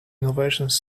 innovations